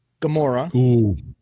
Gamora